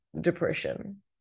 depression